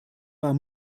war